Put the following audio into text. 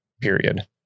Period